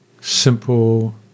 simple